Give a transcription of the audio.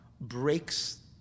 breaks